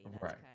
Right